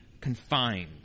confined